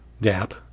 Dap